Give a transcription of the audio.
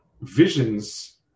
visions